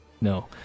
No